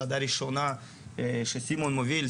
ועדה ראשונה שסימון מוביל,